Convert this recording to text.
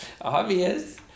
obvious